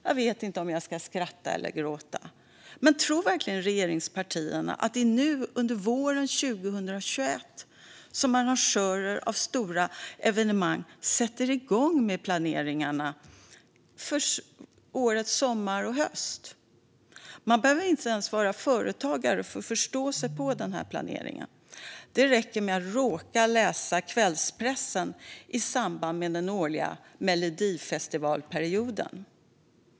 Jag vet inte om jag ska skratta eller gråta, men tror verkligen regeringspartierna att det är nu, under våren 2021, som arrangörer av stora evenemang sätter igång med planeringarna för årets sommar och höst? Man behöver inte ens vara företagare för att förstå sig på planeringen. Det räcker att råka läsa kvällspressen i samband med den årliga Melodifestivalperioden.